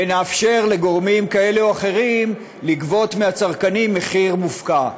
ונאפשר לגורמים כאלה או אחרים לגבות מהצרכנים מחיר מופקע.